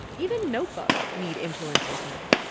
even notebooks need influencers now.